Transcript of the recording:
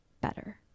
better